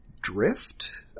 drift